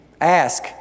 Ask